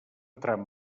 tram